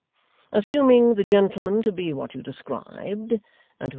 assuming the gentleman to be what you described,